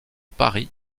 paris